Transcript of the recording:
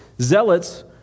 Zealots